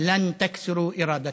(אומר בערבית: לעולם לא תשברו את רוחנו.)